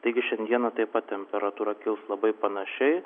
taigi šiandieną taip pat temperatūra kils labai panašiai